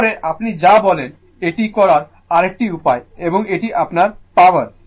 এরপরে আপনি যা বলেন এটি করার আরেকটি উপায় এবং এটি আপনার পাওয়ার